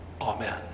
Amen